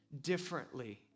differently